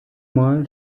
mal